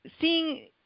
seeing